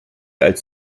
als